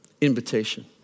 invitation